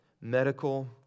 medical